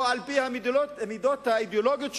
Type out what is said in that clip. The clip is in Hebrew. או על-פי המידות האידיאולוגיות שלו,